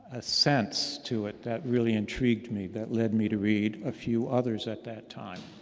a sense to it that really intrigued me, that lead me to read a few others at that time.